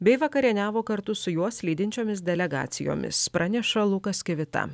bei vakarieniavo kartu su juos lydinčiomis delegacijomis praneša lukas kivitą